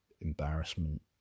embarrassment